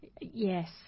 Yes